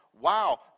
wow